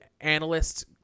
analysts